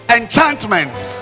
enchantments